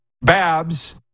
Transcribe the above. Babs